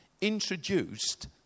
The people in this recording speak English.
introduced